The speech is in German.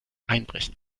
einbrechen